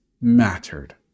mattered